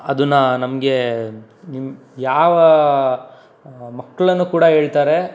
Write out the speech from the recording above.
ಅದನ್ನು ನಮಗೆ ಯಾವ ಮಕ್ಕಳನ್ನು ಕೂಡ ಹೇಳ್ತಾರೆ